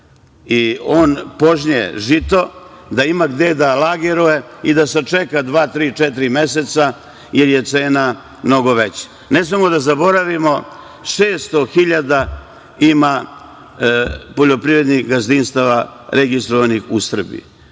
i on požnje žito, ima gde da lageruje i da sačeka dva, tri, četiri meseca, jer je cena mnogo veća. Ne smemo da zaboravimo, 600 hiljada ima poljoprivrednih gazdinstava registrovanih u Srbiji.